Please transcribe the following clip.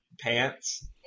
pants